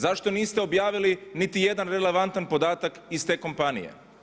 Zašto niste objavili niti jedan relevantan podatak iz te kompanije?